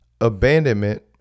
abandonment